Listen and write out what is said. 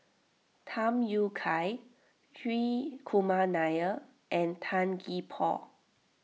Tham Yui Kai Hri Kumar Nair and Tan Gee Paw